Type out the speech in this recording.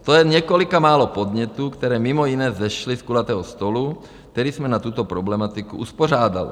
To je několik málo podnětů, které mimo jiné vzešly z kulatého stolu, který jsme na tuto problematiku uspořádali.